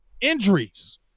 injuries